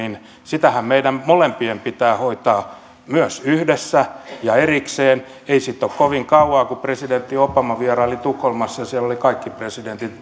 sitähän meidän molempien pitää hoitaa erikseen ja myös yhdessä ei siitä ole kovin kauaa kun presidentti obama vieraili tukholmassa ja siellä olivat kaikki presidentit